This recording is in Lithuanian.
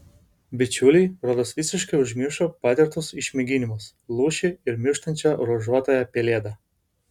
bičiuliai rodos visiškai užmiršo patirtus išmėginimus lūšį ir mirštančią ruožuotąją pelėdą